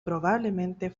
probablemente